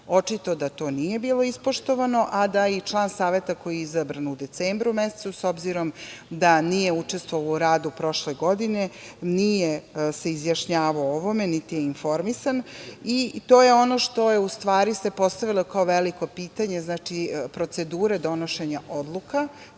da to nije bilo ispoštovano, a da i član saveta koji je izabran u decembru mesecu, s obzirom da nije učestvovao u radu prošle godine, nije se izjašnjavao o ovome, niti je informisan. To je ono što se u stvari postavilo kao veliko pitanje, znači procedure donošenja odluka